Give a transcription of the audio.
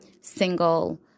single